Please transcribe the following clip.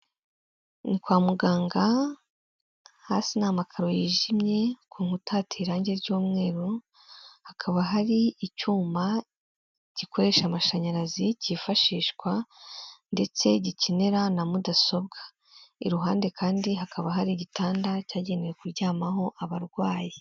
Ni kwa muganga, hasi n'amakaro yijimye. Ku nkuta hateye irangi ry'umweru, hakaba hari icyuma gikoresha amashanyarazi kifashishwa ndetse gikenera na mudasobwa. Iruhande kandi hakaba hari igitanda cyagenewe kuryamaho abarwayi.